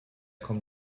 kommt